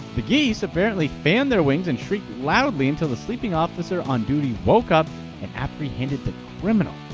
the geese apparently fanned their wings and shrieked loudly until the sleeping officer on duty woke up apprehended the criminal!